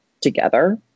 together